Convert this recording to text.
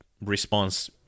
response